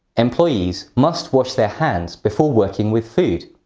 employees must wash their hands before working with food.